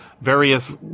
various